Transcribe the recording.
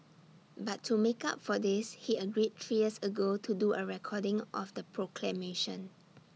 but to make up for this he agreed three years ago to do A recording of the proclamation